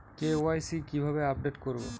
KYC কিভাবে update করব?